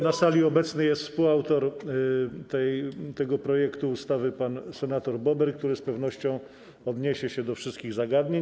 Na sali obecny jest współautor tego projektu ustawy pan senator Bober, który z pewnością odniesie się do wszystkich zagadnień.